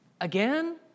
Again